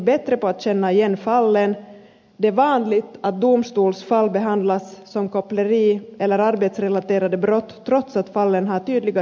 det är vanligt att domstolsfall behandlas som koppleri eller arbetsrelaterade brott trots att fallen har tydliga drag av människohandel